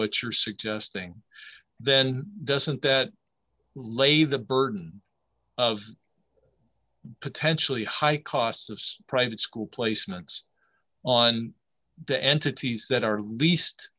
what you're suggesting then doesn't that lay the burden of potentially high costs of private school placements on the entities that are least